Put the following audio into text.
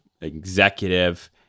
executive